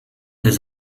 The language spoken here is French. des